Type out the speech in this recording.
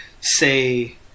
say